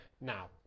now